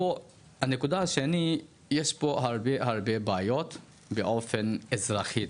יש פה הרבה בעיות באופן אזרחי,